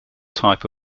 type